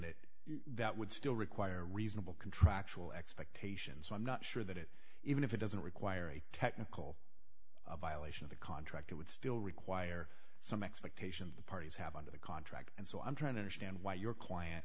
it that would still require reasonable contractual expectations i'm not sure that it even if it doesn't require a technical violation of the contract it would still require some expectation the parties have under the contract and so i'm trying to understand why your client